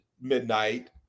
midnight